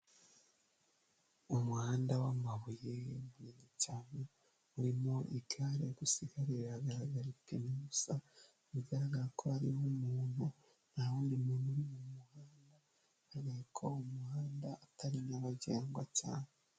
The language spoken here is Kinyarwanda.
Umuhanda w'amabuye munini cyane urimo igare gusa igare riragaragara ipine gusa bigaragara ko arimo umuntu, nta wundi muntu uri mu muhanda bigaragare ko uwo muhanda atari nyabagendwa cyane.